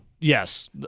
yes